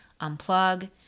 unplug